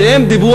כשהם דיברו,